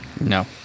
No